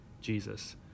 Jesus